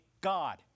God